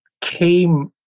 came